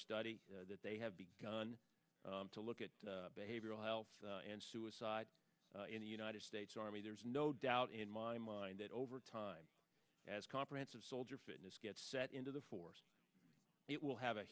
study that they have begun to look at behavioral health and suicide in the united states army there's no doubt in my mind that over time as comprehensive soldier fitness gets set into the force it will have a